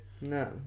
No